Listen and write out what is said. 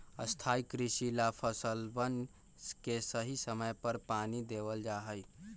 स्थाई कृषि ला फसलवन के सही समय पर पानी देवल जा हई